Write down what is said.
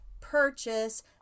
purchase